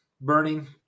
burning